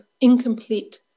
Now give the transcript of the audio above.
incomplete